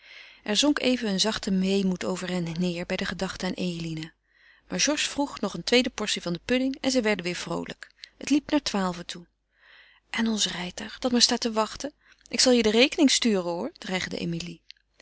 er zonk even een zachte weemoed over hen neêr bij de gedachte aan eline maar georges vroeg nog een tweede portie van de podding en zij werden weder vroolijk het liep naar twaalven toe en ons rijtuig dat maar staat te wachten ik zal je de rekening sturen hoor dreigde emilie